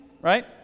Right